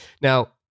Now